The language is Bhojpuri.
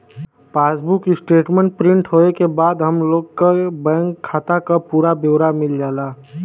पासबुक स्टेटमेंट प्रिंट होये के बाद हम लोग के बैंक खाता क पूरा ब्यौरा मिल जाला